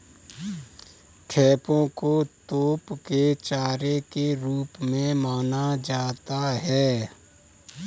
खेपों को तोप के चारे के रूप में माना जाता था